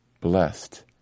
blessed